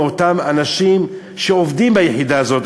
מאותם אנשים שעובדים ביחידה הזאת,